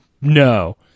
No